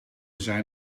zijn